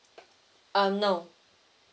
uh no